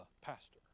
pastor